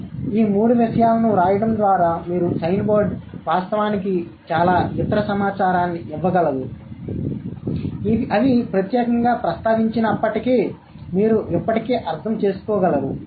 కాబట్టి ఈ మూడు విషయాలను వ్రాయడం ద్వారా మీరు సైన్ బోర్డ్ వాస్తవానికి చాలా ఇతర సమాచారాన్ని ఇవ్వగలరు అవి ప్రత్యేకంగా ప్రస్తావించనప్పటికీ మీరు ఇప్పటికీ అర్థం చేసుకోగలరు